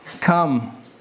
come